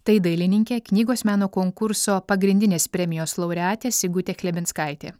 tai dailininkė knygos meno konkurso pagrindinės premijos laureatė sigutė klebinskaitė